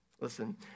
listen